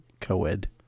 co-ed